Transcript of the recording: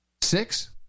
Six